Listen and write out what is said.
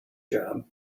job